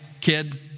kid